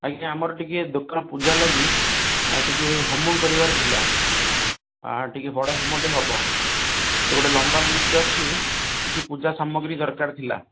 ଆଜ୍ଞା ଆମର ଟିକେ ଦୋକାନ ପୂଜା ଲାଗି ଆଉ ଟିକେ ହୋମ କରିବାର ଥିଲା ଟିକେ ବଡ଼ ହୋମଟେ ହେବ ତ ଗୋଟେ ଲମ୍ବା ଲିଷ୍ଟଟେ ଅଛି କିଛି ପୂଜା ସାମଗ୍ରୀ ଦରକାର ଥିଲା